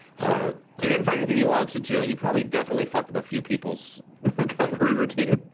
so you didn't find anything you wanted to, and you probably definitely fucked up a few people's recovery routine.